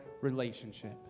relationship